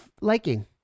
liking